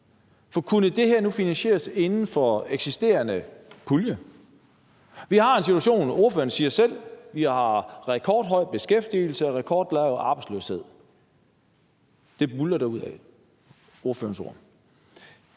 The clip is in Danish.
For kunne det her nu finansieres inden for en eksisterende pulje? Vi har en situation – ordføreren siger det selv – hvor vi har rekordhøj beskæftigelse og rekordlav arbejdsløshed. Det buldrer derudad. Det er ordførerens